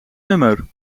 nummer